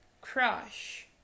Crush